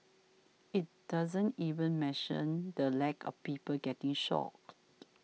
it doesn't even mention the lack of people getting shot